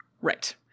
Right